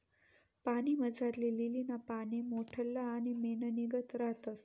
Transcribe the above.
पाणीमझारली लीलीना पाने मोठल्ला आणि मेणनीगत रातस